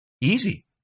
Easy